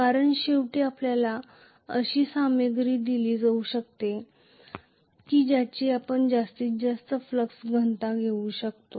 कारण शेवटी आपल्याला अशी सामग्री दिली जाऊ शकते ज्याची आपण पोहोचू शकता अशी जास्तीत जास्त फ्लक्स घनता इतकी आहे